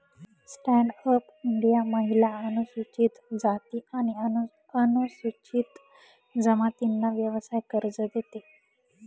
stand up India महिला, अनुसूचित जाती आणि अनुसूचित जमातींना व्यवसाय कर्ज देते